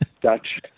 Dutch